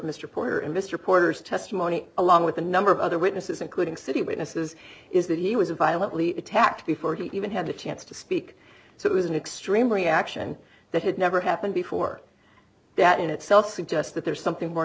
mr porter and mr porter's testimony along with a number of other witnesses including city witnesses is that he was violently attacked before he even had a chance to speak so it was an extreme reaction that had never happened before that in itself suggests that there's something more